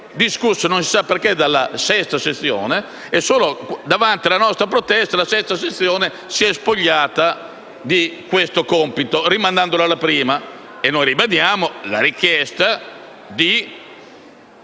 discusso - non si sa perché - dalla sesta sezione, e solo a seguito della nostra protesta la sesta sezione si è spogliata di questo compito rimandandolo alla prima sezione. E noi ribadiamo la richiesta,